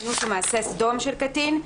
אינוס ומעשה סדום של קטין,